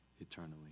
eternally